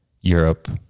Europe